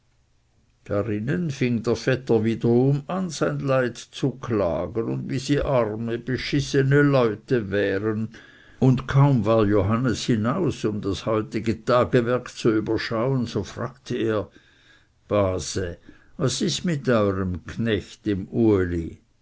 darinnen fing der vetter wiederum an sein leid zu klagen und wie sie arme beschissene leute wären und kaum war johannes hinaus um das heutige tagewerk zu überschauen so fragte er base was ist mit eurem knecht dem